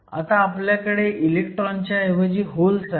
आता आपल्याकडे इलेक्ट्रॉनच्या ऐवजी होल्स आहेत